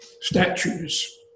statues